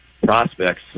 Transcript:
prospects